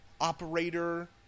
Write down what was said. operator